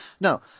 No